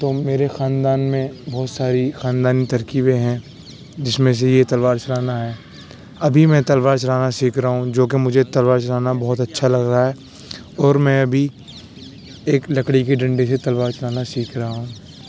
تو میرے خاندان میں بہت ساری خاندانی ترکیبیں ہیں جس میں سے یہ تلوار چلانا ہے ابھی میں تلوار چلانا سیکھ رہا ہوں جو کہ مجھے تلوار چلانا بہت اچھا لگ رہا ہے اور میں ابھی ایک لڑکی کے ڈنڈے سے تلوار چلانا سیکھ رہا ہوں